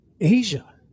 Asia